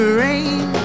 rain